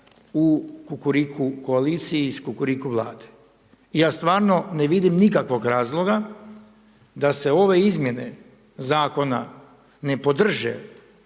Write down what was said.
u Kukuriku koalicije u Kukuriku Vlade. I ja stvarno ne vidim nikakvog razloga da se ove izmjene zakona ne podrže